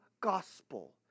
gospel